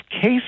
case